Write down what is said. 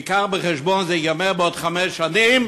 נביא בחשבון שזה ייגמר בעוד חמש שנים,